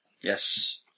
Yes